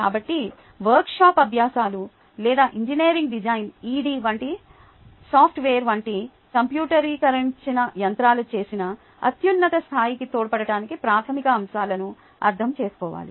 కాబట్టి వర్క్షాప్ అభ్యాసాలు లేదా ఇంజనీరింగ్ డిజైన్ ED వంటి సాఫ్ట్వేర్ వంటి కంప్యూటరీకరించిన యంత్రాలు చేసినా అత్యున్నత స్థాయికి తోడ్పడటానికి ప్రాథమిక అంశాలను అర్థం చేసుకోవాలి